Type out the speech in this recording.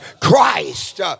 Christ